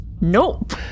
nope